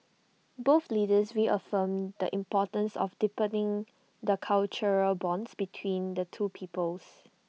both leaders reaffirmed the importance of deepening the cultural bonds between the two peoples